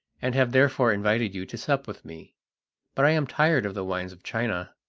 and have therefore invited you to sup with me but i am tired of the wines of china,